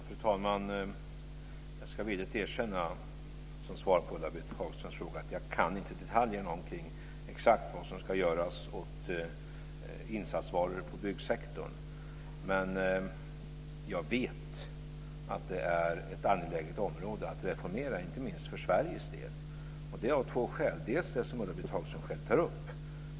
Fru talman! Jag ska villigt erkänna, som svar på Ulla-Britt Hagströms fråga, att jag inte kan detaljerna kring exakt vad som ska göras åt insatsvaror inom byggsektorn. Men jag vet att det är ett angeläget område att reformera, inte minst för Sveriges del, och det av flera skäl. Ett skäl är det som Ulla-Britt Hagström själv tar upp.